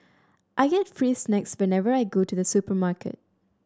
I get free snacks whenever I go to the supermarket